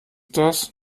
das